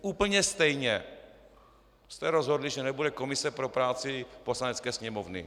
Úplně stejně jste rozhodli, že nebude komise pro práci Poslanecké sněmovny.